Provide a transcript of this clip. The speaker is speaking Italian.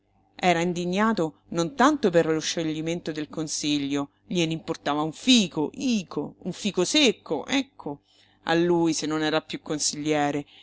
era indignato non tanto per lo scioglimento del consiglio glien'importava un fico ico un fico secco ecco a lui se non era piú consigliere